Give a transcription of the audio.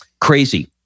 crazy